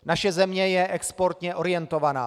Naše země je exportně orientovaná.